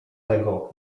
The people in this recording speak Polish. tego